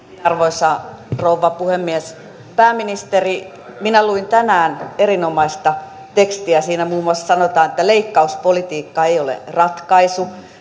arvoisa rouva puhemies pääministeri minä luin tänään erinomaista tekstiä siinä muun muassa sanotaan että leikkauspolitiikka ei ole ratkaisu